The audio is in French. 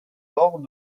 lors